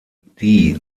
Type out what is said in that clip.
die